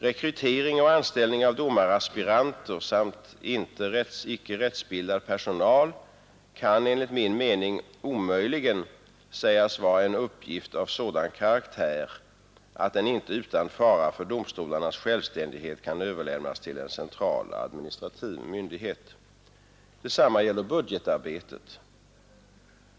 Rekrytering och anställning av domaraspiranter samt icke rättsbildad personal kan enligt min mening omöjligen sägas vara en uppgift av sådan karaktär att den inte utan fara för domstolarnas självständighet kan överlämnas till en central administrativ myndighet. Detsamma gäller budgetarbetet.